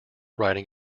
riding